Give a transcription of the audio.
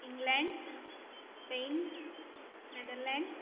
England Spain Netherlands